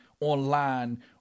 online